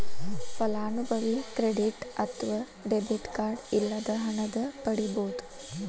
ಫಲಾನುಭವಿ ಕ್ರೆಡಿಟ್ ಅತ್ವ debit card ಇಲ್ಲದ ಹಣನ ಪಡಿಬೋದ್